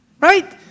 right